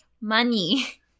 money